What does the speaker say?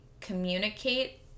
communicate